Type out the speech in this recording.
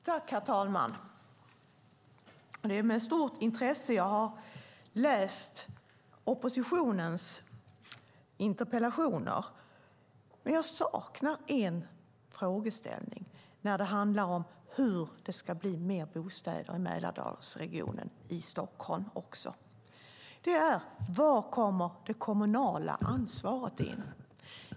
Herr talman! Det är med stort intresse som jag har läst oppositionens interpellationer. Men jag saknar en frågeställning när det handlar om hur det ska bli fler bostäder i Mälardalsregionen och i Stockholm, och det är var det kommunala ansvaret kommer in.